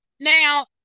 now